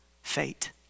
Fate